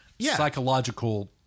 psychological